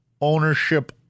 Ownership